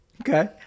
okay